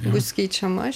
bus keičiama